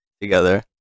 together